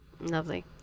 Lovely